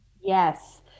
Yes